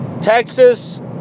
Texas